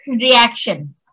reaction